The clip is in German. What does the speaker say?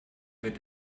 wird